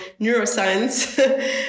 neuroscience